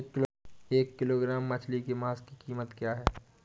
एक किलोग्राम मछली के मांस की कीमत क्या है?